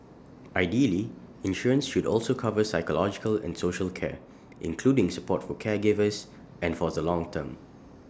ideally insurance should also cover psychological and social care including support for caregivers and for the long term